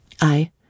I